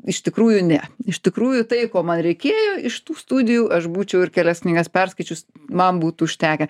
iš tikrųjų ne iš tikrųjų tai ko man reikėjo iš tų studijų aš būčiau ir kelias knygas perskaičius man būtų užtekę